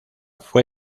fue